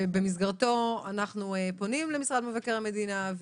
ובמסגרתו אנחנו פונים למשרד מבקר המדינה.